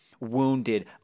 wounded